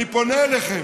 אני פונה אליכם: